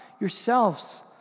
yourselves